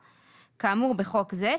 כאמור בחוק זה,